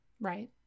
Right